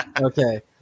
Okay